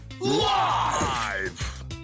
Live